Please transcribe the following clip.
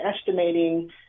estimating